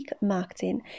marketing